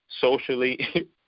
socially